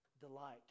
delight